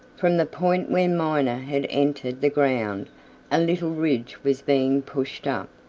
from the point where miner had entered the ground a little ridge was being pushed up,